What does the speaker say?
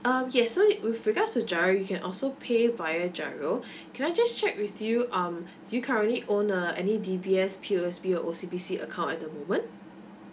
um yes so with regards to G_I_R_O you can also pay via G_I_R_O can I just check with you um do you currently own a any D_B_S P_U_S_B or O_C_B_C account at the moment